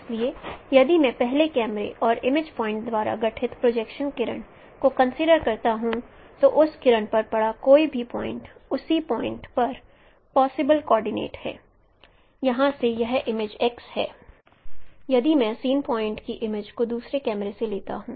इसलिए यदि मैं पहले कैमरे और इमेज पॉइंट द्वारा गठित प्रोजेक्शन किरण को कंसीडर करता हूं तो उस किरण पर पड़ा कोई भी पॉइंट उसी पॉइंट का पॉसिबल कैंडिडेट है जहां से यह इमेज है और यदि मैं सीन पॉइंट की इमेज को दूसरे कैमरे से लेता हूं